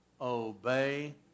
Obey